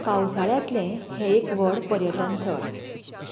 पावसाळ्यांतलें हें एक व्हड पर्यटन थळ